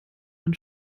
man